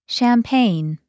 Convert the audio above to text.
Champagne